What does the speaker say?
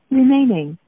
remaining